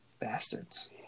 Bastards